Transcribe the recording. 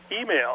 email